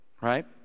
right